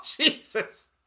Jesus